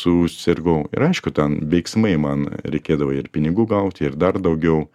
susirgau ir aišku ten veiksmai man reikėdavo ir pinigų gauti ir dar daugiau